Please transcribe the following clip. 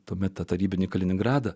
tuomet tą tarybinį kaliningradą